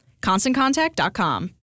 ConstantContact.com